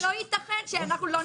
זה לא ייתכן שלא ניתן זכות להגיב.